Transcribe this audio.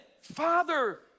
Father